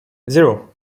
zero